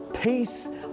peace